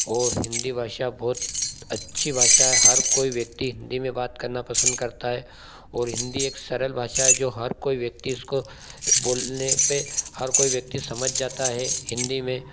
और हिन्दी भाषा बहुत अच्छी भाषा है हर कोई व्यक्ति हिन्दी में बात करना पसंद करता है और हिन्दी एक सरल भाषा है जो हर कोई व्यक्ति उसको बोलने पर हर कोई व्यक्ति समझ जाता है हिन्दी में